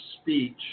speech